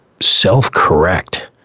self-correct